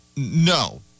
No